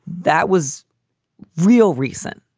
that was real reason.